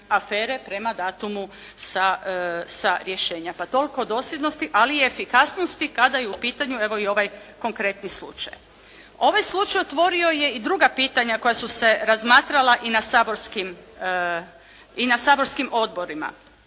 prema datumu sa rješenja. Pa toliko o dosljednosti ali i efikasnosti kada je u pitanju evo i ovaj konkretni slučaj. Ovaj slučaj otvorio je i druga pitanja koja su se razmatrala i na saborskim odborima.